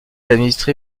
administré